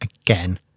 again